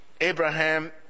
Abraham